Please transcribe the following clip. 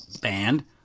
band